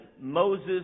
Moses